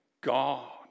God